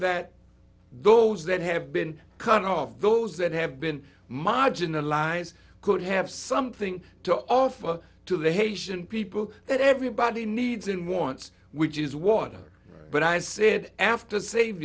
that those that have been cut off those that have been marginalized could have something to offer to the haitian people that everybody needs and wants which is water but i said after sav